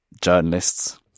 journalists